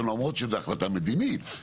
למרות שזו החלטה מדינית,